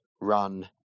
run